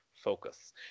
Focus